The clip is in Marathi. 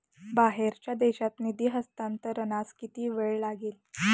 बाहेरच्या देशात निधी हस्तांतरणास किती वेळ लागेल?